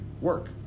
work